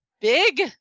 big